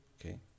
okay